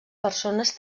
persones